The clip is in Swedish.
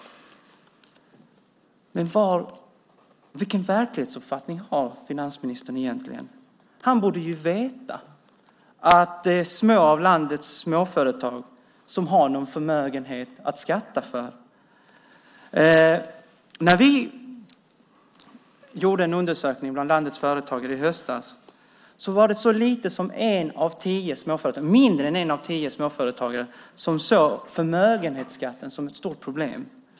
Vilken verklighetsuppfattning har finansministern egentligen? Han borde veta att det är få av landets småföretag som har en förmögenhet att skatta för. När vi i höstas gjorde en undersökning bland landets företagare var det färre än en av tio småföretagare som såg förmögenhetsskatten som ett stort problem.